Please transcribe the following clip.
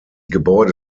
gebäude